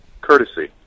Courtesy